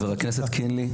חבר הכנסת קינלי,